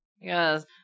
Yes